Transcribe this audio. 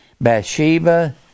Bathsheba